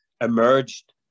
emerged